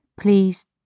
please